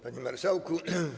Panie Marszałku!